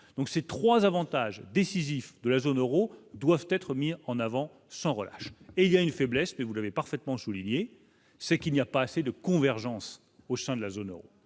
donc ces 3 avantages décisifs de la zone Euro doivent être mis en avant sans relâche et il y a une faiblesse, mais vous l'avez parfaitement souligné, c'est qu'il n'y a pas assez de convergences au sein de la zone Euro,